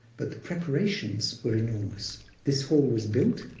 but the preparations were enormous. this hall was built,